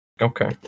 Okay